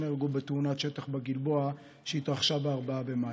נהרגו בתאונת שטח בגלבוע שהתרחשה ב-4 במאי.